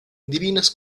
divinas